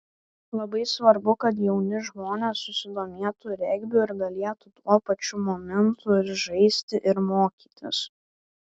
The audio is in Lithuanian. labai svarbu kad jauni žmonės susidomėtų regbiu ir galėtų tuo pačiu momentu ir žaisti ir mokytis